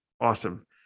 awesome